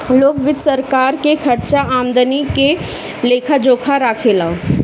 लोक वित्त सरकार के खर्चा आमदनी के लेखा जोखा राखे ला